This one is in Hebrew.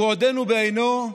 והוא עודנו בעינו,